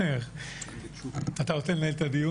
-- נשמע את --- אתה רוצה לנהל את הדיון?